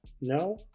No